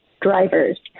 drivers